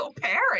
parent